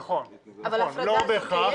נכון, לא בהכרח.